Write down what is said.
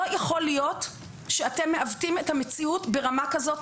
לא יכול להיות שאתם מעוותים את המציאות ברמה כזאת.